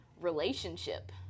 relationship